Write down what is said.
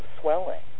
swelling